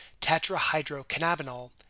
tetrahydrocannabinol